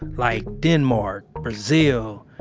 like denmark, brazil,